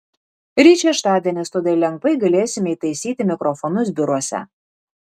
ryt šeštadienis todėl lengvai galėsime įtaisyti mikrofonus biuruose